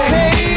Hey